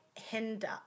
hinder